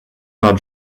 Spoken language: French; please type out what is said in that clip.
par